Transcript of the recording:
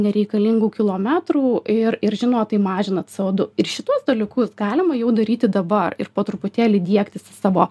nereikalingų kilometrų ir ir žinoma tai mažina co du ir šituos dalykus galima jau daryti dabar ir po truputėlį diegtis į savo